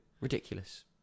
Ridiculous